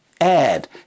add